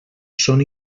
són